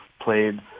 played